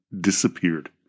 disappeared